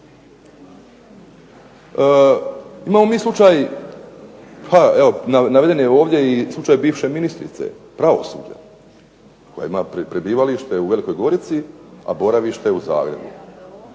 Imamo mi slučaj, naveden je ovdje i slučaj bivše ministrice pravosuđe koja ima prebivališta u Velikoj Gorici, a boravište u Zagrebu